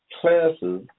classes